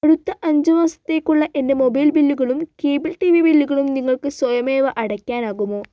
അടുത്ത അഞ്ച് മാസത്തേക്കുള്ള എൻ്റെ മൊബൈൽ ബില്ലുകളും കേബിൾ ടി വി ബില്ലുകളും നിങ്ങൾക്ക് സ്വയമേവ അടയ്ക്കാനാകുമോ